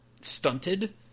stunted